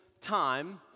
time